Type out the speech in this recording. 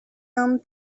and